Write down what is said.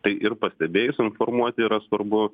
tai ir pastebėjus informuoti yra svarbu